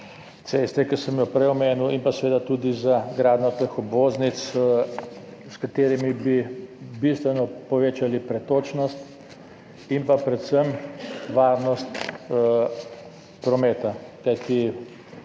ceste, ki sem jo prej omenil, in seveda tudi za gradnjo teh obvoznic, s katerimi bi bistveno povečali pretočnost in predvsem varnost prometa. Kajti